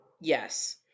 Yes